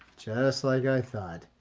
just like i thought,